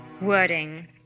wording